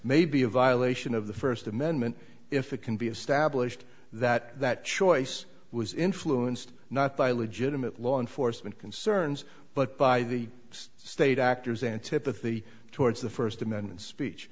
may be a violation of the first amendment if it can be established that that choice was influenced not by legitimate law enforcement concerns but by the state actors antipathy towards the first amendment